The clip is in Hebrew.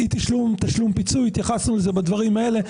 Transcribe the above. אי תשלום פיצוי התייחסנו לזה בדברים האלה.